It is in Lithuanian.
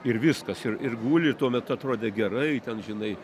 ir viskas ir ir guli tuomet atrodė gerai ten žinai